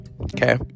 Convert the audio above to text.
Okay